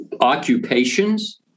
occupations